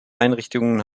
einrichtungen